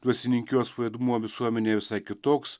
dvasininkijos vaidmuo visuomenėj visai kitoks